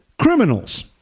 criminals